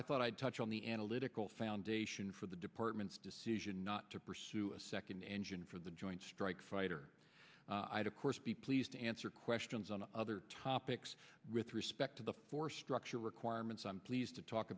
i thought i'd touch on the analytical foundation for the department's decision not to pursue a second engine for the joint strike fighter i'd of course be pleased to answer questions on other topics with respect to the force structure requirements i'm pleased to talk